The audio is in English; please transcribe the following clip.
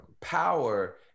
Power